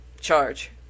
charge